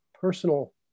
personal